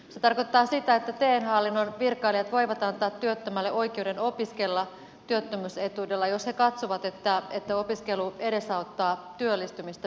se tarkoittaa sitä että te hallinnon virkailijat voivat antaa työttömälle oikeuden opiskella työttömyysetuudella jos he katsovat että opiskelu edesauttaa työllistymistä myöhemmin